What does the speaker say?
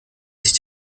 sich